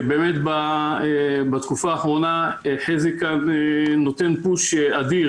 שבאמת בתקופה האחרונה חזי כאן נותן פוש אדיר